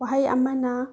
ꯋꯥꯍꯩ ꯑꯃꯅ